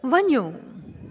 वञो